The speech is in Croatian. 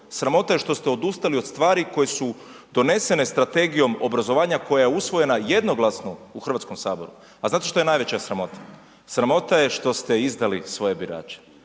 sramota je što ste odustali od stvari koje su donesene strategijom obrazovanja, koja je usvojena jednoglasno u Hrvatskom saboru. A znate što je najveća sramota? Sramota je što ste izdali svoje birače.